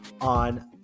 on